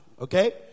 okay